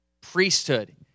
priesthood